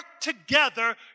together